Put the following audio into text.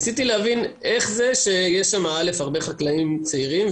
ניסיתי להבין איך זה שיש שם הרבה צעירים,